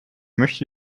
möchte